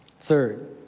Third